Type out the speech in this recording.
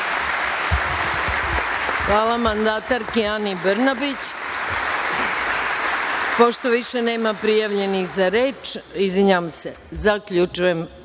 Hvala mandatarki Ani Brnabić. Pošto više nema prijavljenih za reč, zaključujem